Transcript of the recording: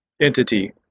entity